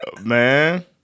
Man